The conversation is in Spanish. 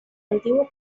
antiguo